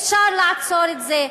אפשר לעצור את זה.